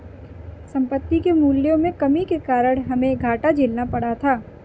संपत्ति के मूल्यों में कमी के कारण हमे घाटा झेलना पड़ा था